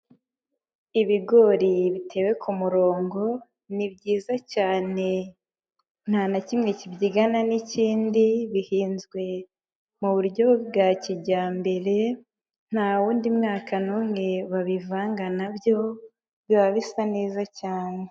Ibigori bitewe ku murongo, ni byiza cyane. Ntanakimwe kibyigana n'ikindi. Bihinzwe mu buryo bwa kijyambere. Nta wundi mwaka n'umwe babivanga nabyo, biba bisa neza cyane.